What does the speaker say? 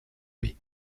lui